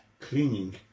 cleaning